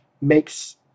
makes